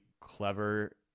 clever